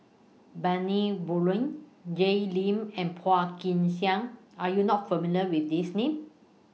Bani Buang Jay Lim and Phua Kin Siang Are YOU not familiar with These Names